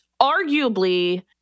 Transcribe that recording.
arguably